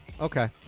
Okay